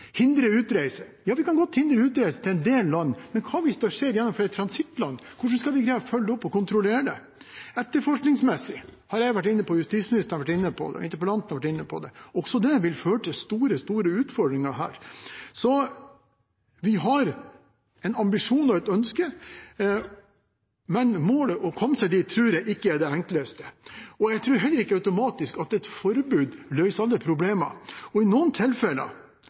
kan godt hindre utreise til en del land, men hva om det skjer gjennom flere transittland? Hvordan skal man klare å følge opp og kontrollere det? Etterforskningsmessig vil det også føre til store utfordringer – jeg, justisministeren og interpellanten har vært inne på det. Vi har en ambisjon og et ønske, men målet å komme seg dit tror jeg ikke er det enkleste. Jeg tror heller ikke at et forbud automatisk løser alle problemer. I noen tilfeller